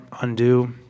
undo